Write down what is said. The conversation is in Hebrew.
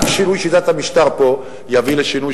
רק שינוי שיטת המשטר פה יביא לשינוי,